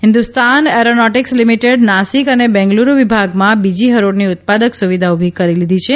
Hindustan aeronautics લીમીટેડે નાસિક અને બેંગ્લૂરૂ વિભાગમાં બીજી હરોળની ઉત્પાદક સુવિધા ઉભી કરી લીધી છે